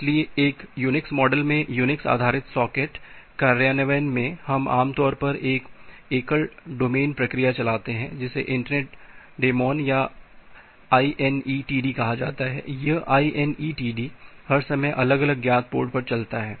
इसलिए एक Unix model में यूनिक्स आधारित सॉकेट कार्यान्वयन में हम आम तौर पर एक एकल डेमॉन प्रक्रिया चलाते हैं जिसे इंटरनेट डेमॉन या inetd कहा जाता है यह inetd हर समय अलग अलग ज्ञात पोर्ट पर चलता रहता है